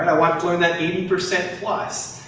i wanted to learn that eighty percent plus.